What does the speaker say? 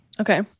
Okay